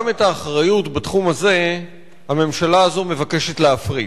גם את האחריות בתחום הזה הממשלה הזאת מבקשת להפריט,